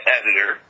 editor